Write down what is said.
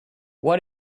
what